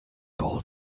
golden